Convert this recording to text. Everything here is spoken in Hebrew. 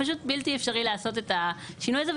זה פשוט בלתי אפשרי לעשות את השינוי הזה.